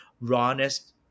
rawness